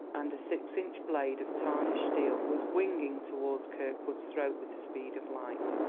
and a six-inch blade of tarnished steel was winging toward kirkwood's throat with the speed of light.